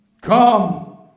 come